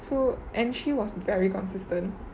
so and she was very consistent